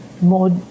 more